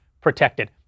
protected